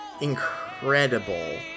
incredible